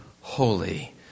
holy